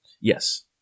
Yes